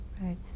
right